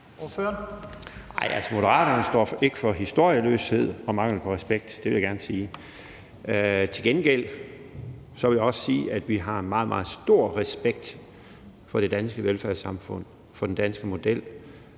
Moderaterne står ikke for historieløshed og mangel på respekt. Det vil jeg gerne sige. Til gengæld vil jeg også sige, at vi har meget, meget stor respekt for det danske velfærdssamfund, for den danske model,